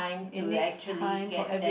it needs time for every